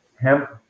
hemp